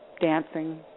Dancing